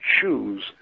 choose